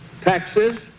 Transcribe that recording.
taxes